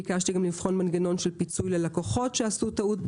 ביקשתי לבחון מנגנון של פיצוי ללקוחות שעשו טעות